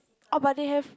oh but they have